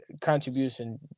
contribution